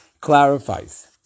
clarifies